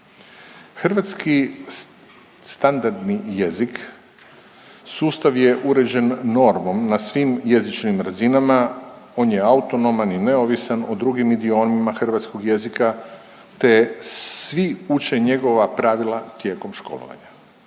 Hrvatski standardni jezik sustav je uređen normom na svim jezičnim razinama, on je autonoman i neovisan o drugim idiomima hrvatskog jezika te svi uče njegova pravila tijekom školovanja.